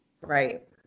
Right